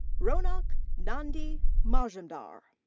raunaq nandy majumdar.